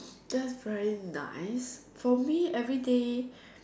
that's very nice probably everyday